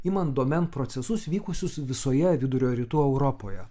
imant domėn procesus vykusius visoje vidurio rytų europoje